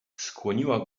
skłoniła